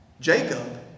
Jacob